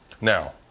Now